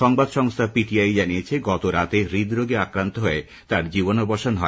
সংবাদ সংস্হা পিটিআই জানিয়েছে গতরাতে হৃদরোগে আক্রান্ত হয়ে তাঁর জীবনাবসান হয়